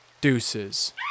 Deuces